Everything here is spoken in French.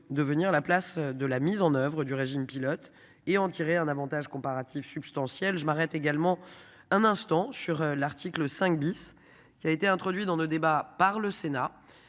devenir la place de la mise en oeuvre du régime pilote et en tirer un Avantage comparatif substantielle. Je m'arrête également un instant sur l'article 5 bis qui a été introduit dans nos débats par le Sénat.